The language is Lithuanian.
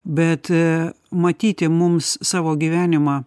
bet matyti mums savo gyvenimą